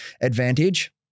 advantage